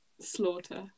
slaughter